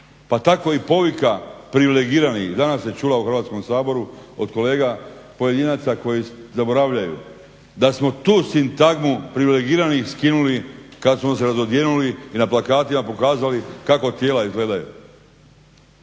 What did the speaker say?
Pa tako i povika privilegiranih danas se čula u Hrvatskom saboru, od kolega pojedinac koji zaboravljaju da smo tu sintagmu privilegiranih skinuli kad smo se razodjenuli i na plakatima pokazali kakvo tijela izgledaju,